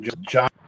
John